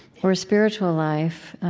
or spiritual life,